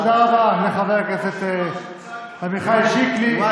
תודה רבה לחבר הכנסת עמיחי שיקלי.